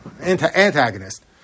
antagonist